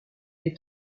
est